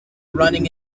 running